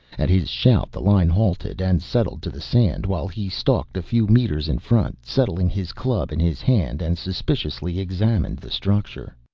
at his shout the line halted and settled to the sand while he stalked a few meters in front, settling his club in his hand and suspiciously examined the structure.